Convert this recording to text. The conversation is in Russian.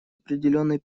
определенный